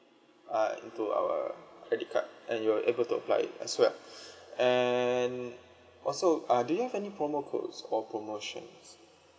uh into our credit card and you're able to apply it as well and also uh do you have any promo codes or promotions